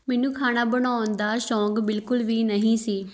ਮੈਨੂੰ ਖਾਣਾ ਬਣਾਉਣ ਦਾ ਸ਼ੌਕ ਬਿਲਕੁਲ ਵੀ ਨਹੀਂ ਸੀ